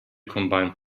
combined